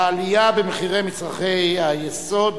העלייה במחירי מצרכי היסוד